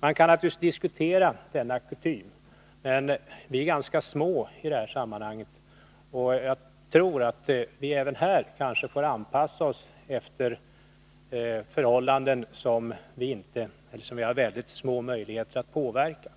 Man kan naturligtvis diskutera denna kutym, men vi är i det här sammanhanget ganska små, och jag tror att vi även här får anpassa oss efter förhållanden som vi har mycket små möjligheter att påverka. Så